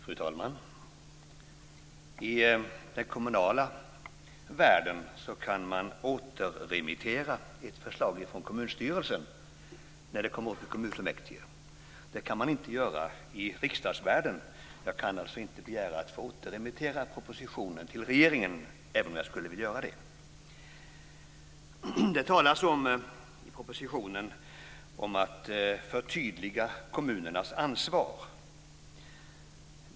Fru talman! I den kommunala världen kan man återremittera ett förslag från kommunstyrelsen när det kommer upp i kommunfullmäktige. Det kan man inte göra i riksdagsvärlden. Jag kan alltså inte begära att få återremittera propositionen till regeringen även om jag skulle vilja göra det. Det talas i propositionen om att förtydliga kommunernas ansvar.